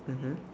mmhmm